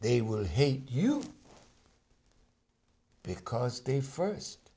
they will hate you because they first